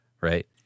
right